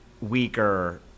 weaker